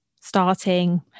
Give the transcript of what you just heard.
starting